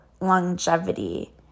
longevity